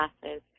classes